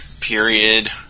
period